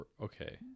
Okay